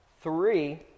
three